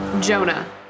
Jonah